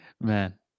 Man